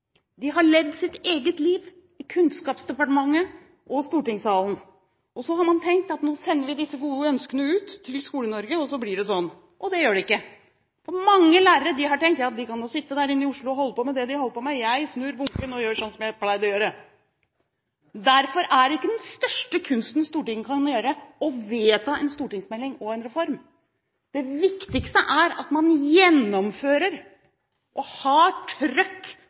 De har levd sitt eget liv i Kunnskapsdepartementet og i stortingssalen, og så har man tenkt at nå sender vi disse gode ønskene ut til Skole-Norge, og så blir det sånn. Men det gjør det ikke. Og mange lærere har nok tenkt at de godt kan sitte der inne i Oslo og holde på med det de holder på med, men lærerne har snudd bunken og fortsatt å gjøre det de har pleid å gjøre. Derfor er ikke den største kunsten Stortinget kan gjøre, å vedta en stortingsmelding og en reform. Det viktigste er at man gjennomfører og har